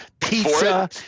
pizza